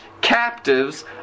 captives